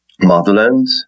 motherland